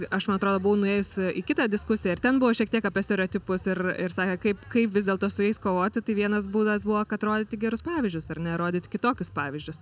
aš man atrodo buvau nuėjus į kitą diskusiją ir ten buvo šiek tiek apie stereotipus ir ir sakė kaip kaip vis dėlto su jais kovoti tai vienas būdas buvo kad rodyti gerus pavyzdžius ar ne rodyti kitokius pavyzdžius